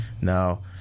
now